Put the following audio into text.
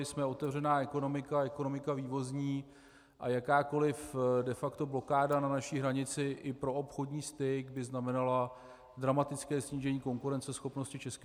Jsme otevřená ekonomika, ekonomika vývozní, a jakákoliv de facto blokáda na naší hranici i pro obchodní styk by znamenala dramatické snížení konkurenceschopnosti ČR.